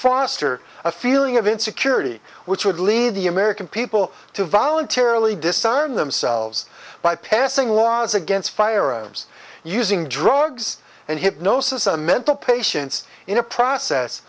foster a feeling of insecurity which would lead the american people to voluntarily disarm themselves by passing laws against firearms using drugs and hypnosis a mental patients in a process